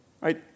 right